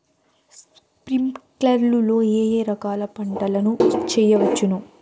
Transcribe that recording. స్ప్రింక్లర్లు లో ఏ ఏ రకాల పంటల ను చేయవచ్చును?